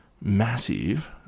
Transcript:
massive